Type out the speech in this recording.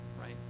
right